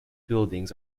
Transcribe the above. buildings